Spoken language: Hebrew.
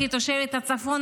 כתושבת הצפון,